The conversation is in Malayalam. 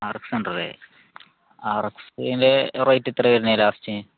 ആർ എക്സ് ഉണ്ടല്ലേ ആർ എക്സിൻ്റെ റേറ്റ് എത്രയാണ് വരുന്നത് ലാസ്റ്റ്